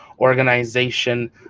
organization